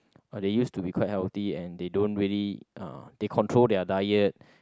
oh they use to be quite healthy and they don't really uh they control their diet